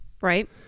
Right